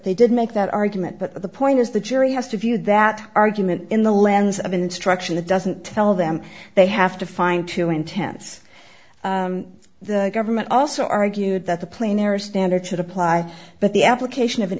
they did make that argument but the point is the jury has to view that argument in the lens of instruction that doesn't tell them they have to find too intense the government also argued that the plainer standard should apply but the application of an